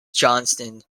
johnston